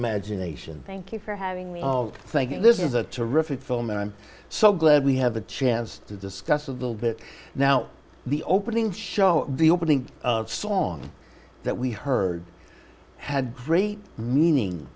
imagination thank you for having me thinking this is a terrific film and i'm so glad we have a chance to discuss a little bit now the opening show the opening song that we heard had a very meaning